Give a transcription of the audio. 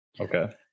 okay